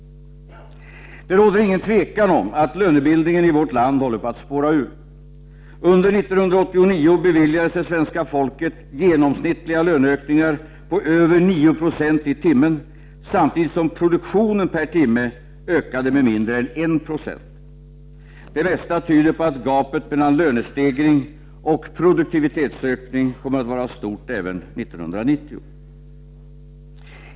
Det råder ingen tvekan om att lönebildningen i vårt land håller på att spåra ur. Under 1989 beviljade sig svenska folket genomsnittliga löneökningar på över 9 Jo i timmen, samtidigt som produktionen per timme ökade med mindre än 1 20. Det mesta tyder på att gapet mellan lönestegring och produktivitetsökning kommer att vara stort även 1990.